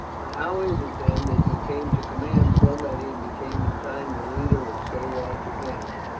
but how is it, then, that you came to command so many, and became in time the leader of so large a band?